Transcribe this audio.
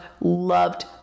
loved